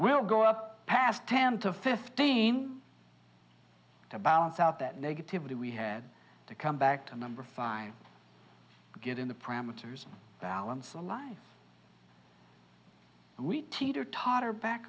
we'll go up past ten to fifteen to bounce out that negativity we had to come back to number five get in the parameters balance a life we teeter totter back